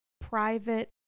private